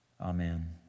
Amen